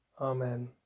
Amen